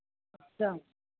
अच्छा